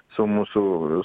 su mūsų